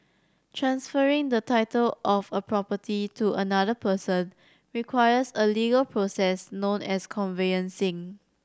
transferring the title of a property to another person requires a legal process known as conveyancing